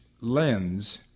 lens